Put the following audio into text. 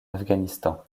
afghanistan